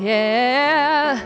yeah